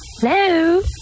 Hello